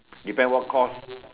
depend what course